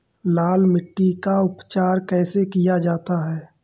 लाल मिट्टी का उपचार कैसे किया जाता है?